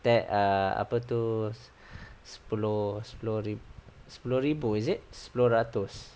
that err apa tu se~ sepuluh sepuluh rib~ sepuluh ribu is it sepuluh ratus